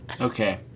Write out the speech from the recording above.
okay